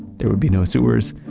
there would be no sewers,